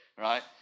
right